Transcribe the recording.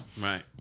Right